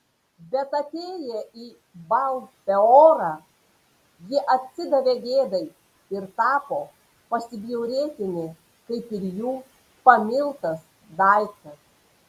bet atėję į baal peorą jie atsidavė gėdai ir tapo pasibjaurėtini kaip ir jų pamiltas daiktas